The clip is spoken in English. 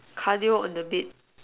cardio on the bed